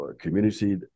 community